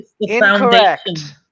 Incorrect